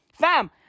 Fam